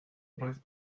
roedd